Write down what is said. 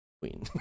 Queen